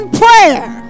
prayer